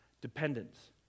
dependence